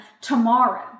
tomorrow